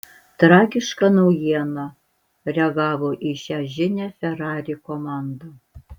tragiška naujiena reagavo į šią žinią ferrari komanda